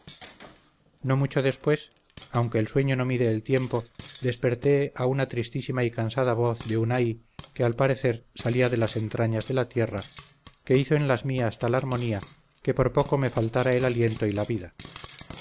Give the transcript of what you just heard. no mucho después aunque el sueño no mide el tiempo desperté a una tristísima y cansada voz de un ay que al parecer salía de las entrañas de la tierra que hizo en las mías tal armonía que por poco me faltara el aliento y la vida